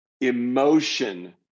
emotion